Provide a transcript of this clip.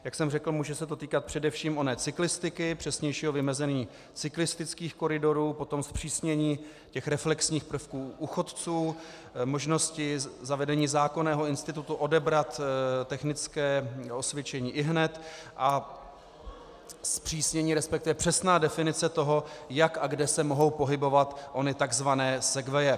Jak jsem řekl, může se to týkat především oné cyklistiky, přesnějšího vymezení cyklistických koridorů, potom zpřísnění reflexních prvků u chodců, možnosti zavedení zákonného institutu odebrat technické osvědčení ihned a zpřísnění, resp. přesná definice toho, jak a kde se mohou pohybovat ony tzv. segwaye.